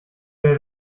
dei